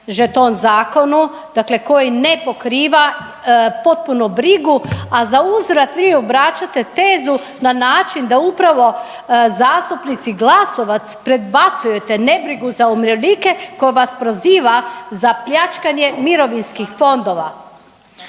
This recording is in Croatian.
žeton zakonu dakle koji ne pokriva potpunu brigu, a za uzvrat vi obraćate tezu na način da upravo zastupnici Glasovac predbacujete nebrigu za umirovljenike koja vas proziva za pljačkanje mirovinskih fondova.